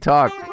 Talk